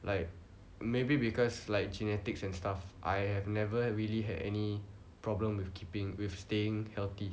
like maybe because like genetics and stuff I've never really had any problem with keeping with staying healthy